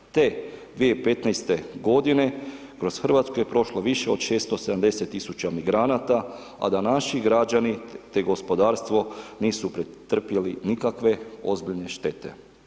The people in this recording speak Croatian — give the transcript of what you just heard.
Te 2015. godine kroz Hrvatsku je prošlo više od 670 tisuća migranata a da naši građani te gospodarstvo nisu pretrpjeli nikakve ozbiljne štete.